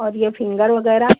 और यह फिंगर वग़ैरह